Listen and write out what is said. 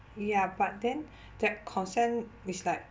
ya but then that consent is like